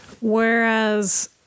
Whereas